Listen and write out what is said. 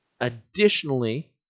Additionally